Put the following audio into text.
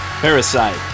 Parasite